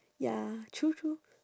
ya true true